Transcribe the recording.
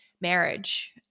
marriage